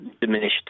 diminished